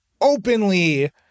openly